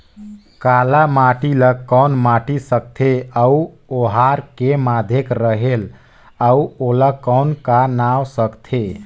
काला माटी ला कौन माटी सकथे अउ ओहार के माधेक रेहेल अउ ओला कौन का नाव सकथे?